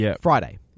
Friday